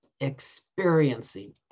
experiencing